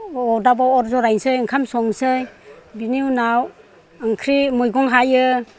अरदाबाव अर जरायनोसै ओंखाम संसै बेनि उनाव ओंख्रि मैगं हायो